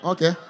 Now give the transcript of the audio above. Okay